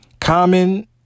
Common